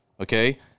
Okay